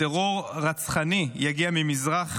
טרור רצחני שיגיע ממזרח